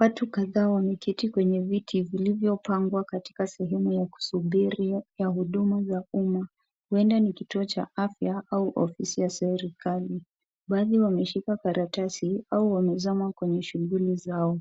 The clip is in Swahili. Watu kadhaa wameketi kwenye viti vilivyopangwa katika sehemu ya kusubiri ya huduma za umma. Huenda ni kituo cha afya au ofisi ya serikali. Baadhi wameshika karatasi au wamezama kweny shughuli zao.